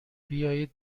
بیایید